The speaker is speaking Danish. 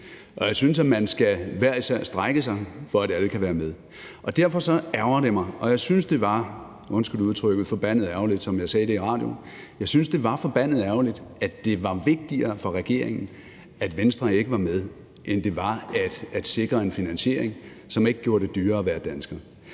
Og jeg synes, at man hver især skal strække sig, for at alle kan være med. Derfor ærgrer det mig, og jeg synes, det var – undskyld udtrykket – forbandet ærgerligt, som jeg sagde i radioen, at det var vigtigere for regeringen, at Venstre ikke var med, end det var at sikre en finansiering, som ikke gjorde det dyrere at være dansker.